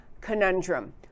Conundrum